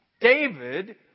David